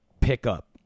pickup